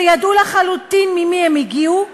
שידעו לחלוטין ממי הן הגיעו,